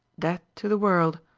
dead to the world.